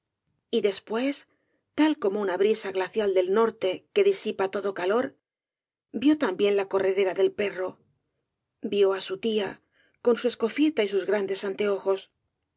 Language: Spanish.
y después tal como una brisa glacial del norte que disipa todo calor vio también la corredera del perro vio á su tía con su escofieta y sus grandes anteojos